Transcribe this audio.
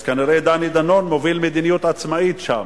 אז כנראה דני דנון מוביל מדיניות עצמאית שם.